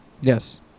Yes